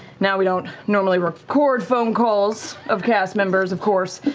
now we don't normally record phone calls of cast members, of course,